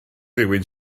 rywun